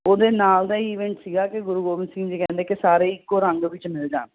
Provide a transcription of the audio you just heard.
ਉਹਦੇ ਨਾਲ ਦਾ ਈਵੈਂਟ ਸੀਗਾ ਕਿ ਗੁਰੂ ਗੋਬਿੰਦ ਸਿੰਘ ਜੀ ਕਹਿੰਦੇ ਕਿ ਸਾਰੇ ਇੱਕੋ ਰੰਗ ਵਿੱਚ ਮਿਲ ਜਾਣ